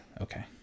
Okay